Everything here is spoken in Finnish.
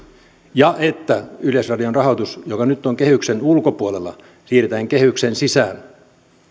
ja että yleisradion rahoitus joka nyt on kehyksen ulkopuolella siirretään kehyksen sisään